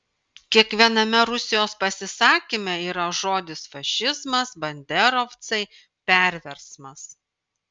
kiekviename rusijos pasisakyme yra žodis fašizmas banderovcai perversmas